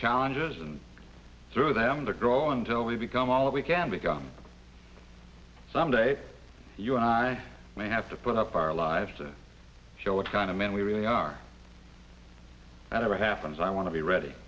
challenges and through them to grow until we become all that we can become someday you and i may have to put up our lives to show what kind of man we really are that ever happens i want to be ready